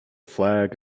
flag